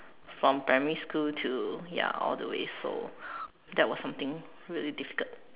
from primary school to ya all the way so that was something really difficult